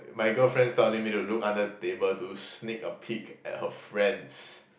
my girlfriend's telling me to look under the table to sneak a peek at her friends